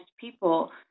people